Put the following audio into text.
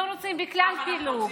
אנחנו לא רוצים בכלל פילוג.